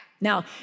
Now